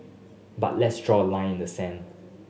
but let's draw a line in the sand